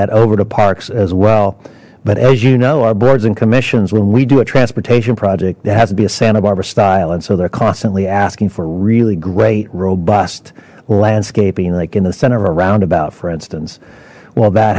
that over to parks as well but as you know our boards and commissions when we do a transportation project there has to be a santa barbara style and so they're constantly asking for really great robust landscaping like in the center of a roundabout for instance well that